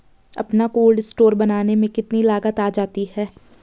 अपना cold store बनाने में कितनी लागत आ जाती है?